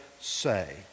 say